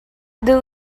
the